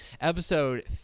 Episode